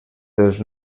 dels